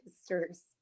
Sisters